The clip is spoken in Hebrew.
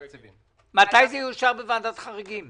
מתי זה יאושר בוועדת החריגים?